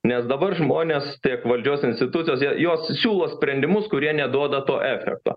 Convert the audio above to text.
nes dabar žmonės tiek valdžios institutuose jos siūlo sprendimus kurie neduoda to efekto